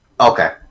Okay